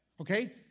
Okay